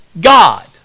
God